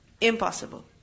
Impossible